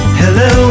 hello